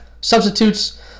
substitutes